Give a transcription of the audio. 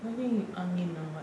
I think angin or what